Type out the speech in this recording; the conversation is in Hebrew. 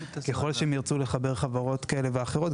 ככל שהם ירצו לחבר חברות כאלה ואחרות,